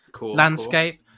landscape